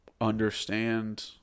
understand